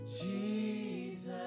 Jesus